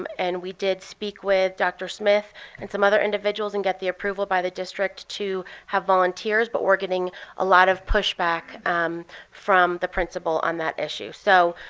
um and we did speak with dr. smith and some other individuals and get the approval by the district to have volunteers, but we're getting a lot of pushback from the principal on that issue. so